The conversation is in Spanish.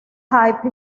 hype